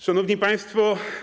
Szanowni Państwo!